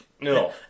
No